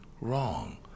wrong